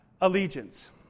allegiance